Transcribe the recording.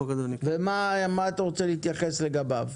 מה אתה רוצה להתייחס לגביו?